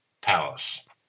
palace